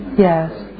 Yes